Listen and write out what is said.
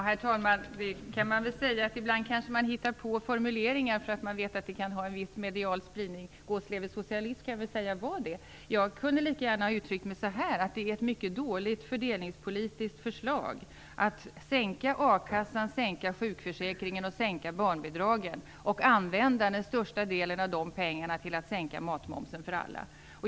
Herr talman! Ibland kan man kanske komma på formuleringar därför att man vet att de kan få viss medial spridning, och "gåsleversocialism" kan väl sägas vara ett sådant uttryck. Jag kunde lika gärna ha sagt att det är ett mycket dåligt fördelningspolitiskt förslag att sänka ersättningarna från a-kassan och sjukförsäkringen och sänka barnbidragen och att använda den största delen av de pengarna till att sänka matmomsen för alla.